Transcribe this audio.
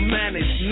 manage